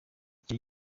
icyo